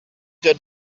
good